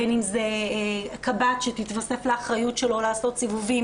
בין אם זה קב"ט שתתווסף לאחריות שלו לעשות סיבובים